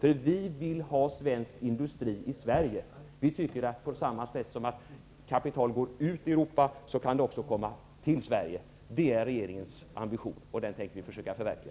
Vi vill nämligen ha svensk industri i Sverige. Vi anser att på samma sätt som kapital kan gå ut till Europa kan det också komma in till Sverige. Det är regeringens ambition, som vi tänker försöka att förverkliga.